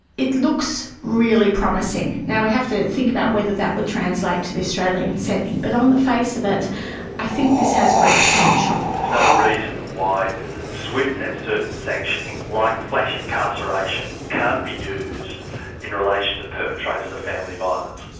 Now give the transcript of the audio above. it looks really promising. we have to think about whether that would translate to the australian setting, but on the face of it i think this has great potential. there is no reason why swift and certain sanctioning, like flash incarceration, can't be used in relation to perpetrators of family violence.